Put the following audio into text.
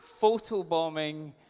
photobombing